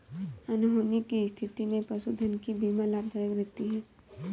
अनहोनी की स्थिति में पशुधन की बीमा लाभदायक रहती है